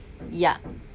ya